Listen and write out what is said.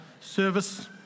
service